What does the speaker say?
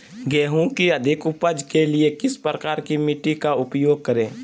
गेंहू की अधिक उपज के लिए किस प्रकार की मिट्टी का उपयोग करे?